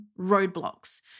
roadblocks